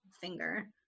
finger